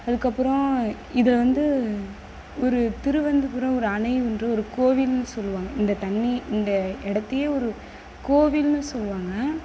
அதுக்கப்புறம் இதில் வந்து ஒரு திருவந்தபுரம் ஒரு அணை ஒன்று ஒரு கோவில்னு சொல்லுவாங்க இந்த தண்ணி இந்த இடத்தையே ஒரு கோவில்னு சொல்லுவாங்க